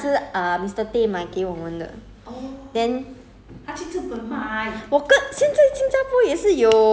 japanese 的 mah ya Calbee 那时 uh mister tay 买给我们的 then